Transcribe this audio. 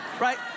Right